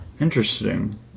Interesting